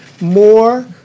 more